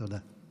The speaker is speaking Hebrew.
תודה.